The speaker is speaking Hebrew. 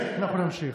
אנחנו נמשיך.